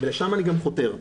לשם אני גם חותר.